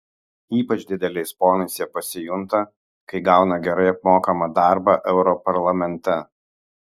ypač dideliais ponais jie pasijunta kai gauna gerai apmokamą darbą europarlamente